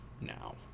now